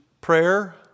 prayer